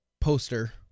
poster